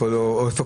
איפה פחות,